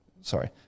sorry